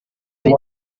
muri